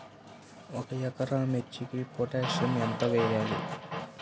ఒక ఎకరా మిర్చీకి పొటాషియం ఎంత వెయ్యాలి?